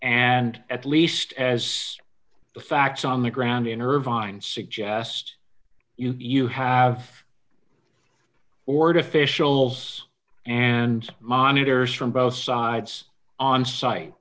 and at least as the facts on the ground in irvine suggest you you have ordered officials and monitors from both sides on site